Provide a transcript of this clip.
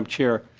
um chair.